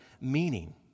meaning